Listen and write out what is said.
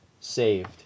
saved